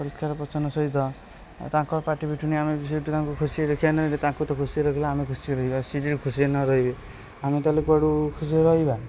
ପରିଷ୍କାର ପରିଚ୍ଛନ୍ନ ସହିତ ଆଉ ତାଙ୍କ ପାଟି ଫିଟୁନି ଆମେ ବି ସେଇଠୁ ତାଙ୍କୁ ଖୁସି ଦେଖିବା ନହେଲେ ତାଙ୍କୁ ତ ଖୁସିରେ ରଖିଲେ ଆମେ ଖୁସିରେ ରଖିବା ସେ ଯଦି ଖୁସିରେ ନ ରହିବେ ଆମେ ତାହେଲେ କୁଆଡ଼ୁ ଖୁସିରେ ରହିବା